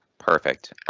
perfect.